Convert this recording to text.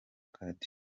card